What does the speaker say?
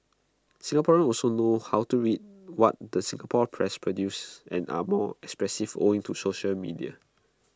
Singaporeans also know how to read what the Singapore press produces and are more expressive owing to social media